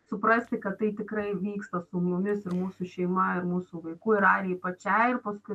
suprasti kad tai tikrai vyksta su mumis su mūsų šeima ir mūsų vaiku ir arijai pačiai ir paskui